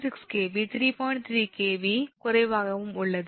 3 𝑘𝑉 குறைவாகவும் உள்ளது